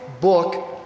book